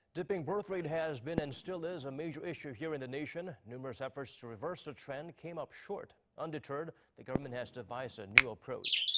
dipping birthrate has been and still is a major issue here in the nation. numerous efforts to reverse the trend. came up short. undeterred, the government has devised a new approach.